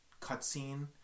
cutscene